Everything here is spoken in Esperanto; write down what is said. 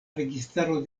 registaro